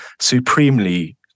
supremely